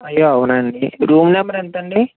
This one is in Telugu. అయ్యో అవునా అండి రూమ్ నెంబర్ ఎంతండి